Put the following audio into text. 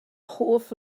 hoff